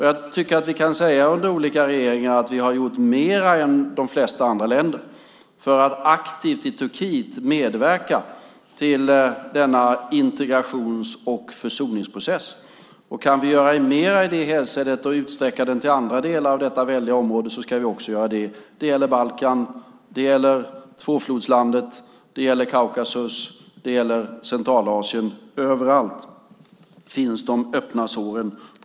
Jag tycker att vi kan säga att vi under olika regeringar har gjort mer än de flesta andra länder för att aktivt i Turkiet medverka till denna integrations och försoningsprocess. Om vi kan göra mer i det hänseendet och utsträcka den till andra delar av detta väldiga område ska vi också göra det. Det gäller Balkan, tvåflodslandet, Kaukasus och Centralasien. Överallt finns de öppna såren.